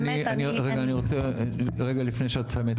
רגע אני רוצה רגע לפני שאת מסיימת,